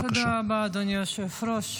תודה רבה, אדוני היושב-ראש.